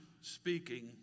speaking